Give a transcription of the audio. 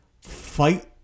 fight